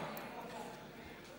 היא פה.